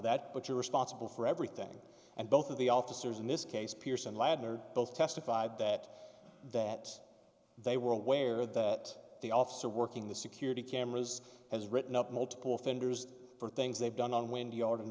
that but you're responsible for everything and both of the officers in this case pierson ladner both testified that that they were aware that the officer working the security cameras has written up multiple offenders for things they've done on windy yard in